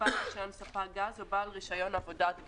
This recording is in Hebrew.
בעל רשיון ספק גז או בעל רשיון עבודת גז,